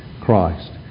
Christ